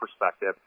perspective